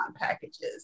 packages